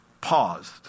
paused